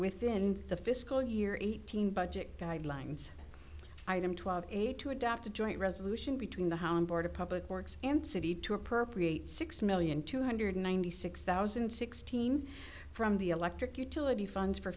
within the fiscal year eighteen budget guidelines item twelve eight to adopt a joint resolution between the hound board of public works and city to appropriate six million two hundred ninety six thousand and sixteen from the electric utility funds for